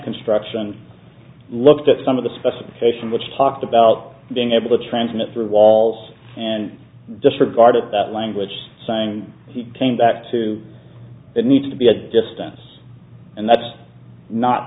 construction looked at some of the specification which talked about being able to transmit through walls and disregarded that language saying he came back to the need to be a distance and that's not